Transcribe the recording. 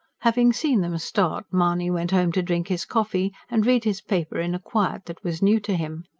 having seen them start, mahony went home to drink his coffee and read his paper in a quiet that was new to him.